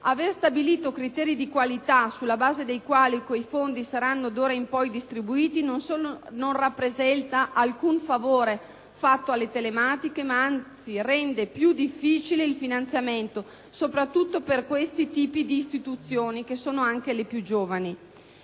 Aver stabilito criteri di qualità sulla base dei quali quei fondi saranno d'ora in poi distribuiti, non solo non rappresenta alcun favore fatto alle telematiche, ma anzi rende più difficile il finanziamento soprattutto per questo tipo di istituzioni, che sono anche le più giovani.